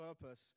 purpose